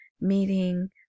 meeting